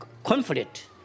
conflict